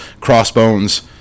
crossbones